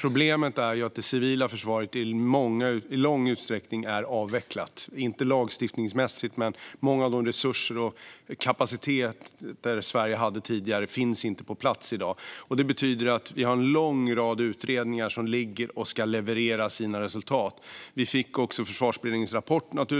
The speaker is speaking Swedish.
Problemet är att det civila försvaret i stor utsträckning är avvecklat. Det är inte avvecklat lagstiftningsmässigt, men många av de resurser och kapaciteter som Sverige hade tidigare finns inte på plats i dag. Det betyder att vi har en lång rad utredningar som ligger och ska leverera sina resultat. Vi fick naturligtvis Försvarsberedningens rapport.